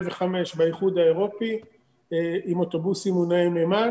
באיחוד האירופי עם אוטובוסים מונעי מימן.